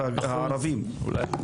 בהייטק?